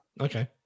okay